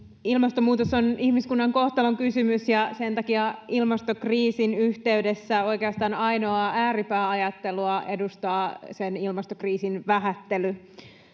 ilmastonmuutos on ihmiskunnan kohtalonkysymys ja sen takia ilmastokriisin yhteydessä oikeastaan ainoaa ääripääajattelua edustaa ilmastokriisin vähättely